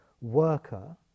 worker